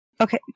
Okay